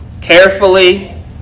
carefully